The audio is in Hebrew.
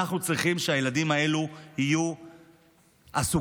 אנחנו צריכים שהילדים האלה יהיו עסוקים.